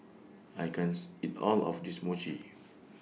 I can's eat All of This Mochi